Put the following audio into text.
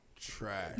trash